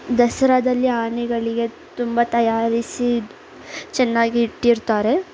ದಸರದಲ್ಲಿ ಆನೆಗಳಿಗೆ ತುಂಬ ತಯಾರಿಸಿ ಚೆನ್ನಾಗಿ ಇಟ್ಟಿರ್ತಾರೆ